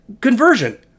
Conversion